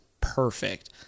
perfect